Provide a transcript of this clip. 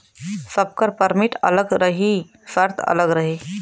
सबकर परमिट अलग रही सर्त अलग रही